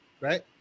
right